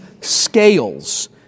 scales